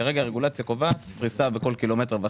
כרגע הרגולציה קובעת פריסה בכל 1.5 קילומטרים.